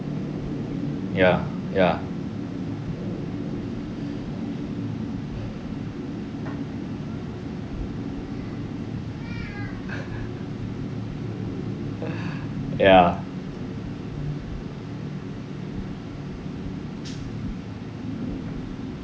ya ya ya